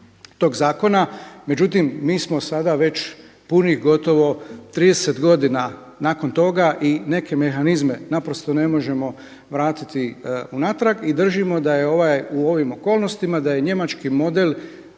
tog zakona, međutim mi smo sada već punih gotovo 30 godina nakon toga i neke mehanizme naprosto ne možemo vratiti unatrag i držimo da je u ovim okolnostima da je njemački model